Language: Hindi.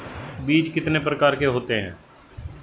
बीज कितने प्रकार के होते हैं?